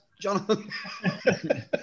Jonathan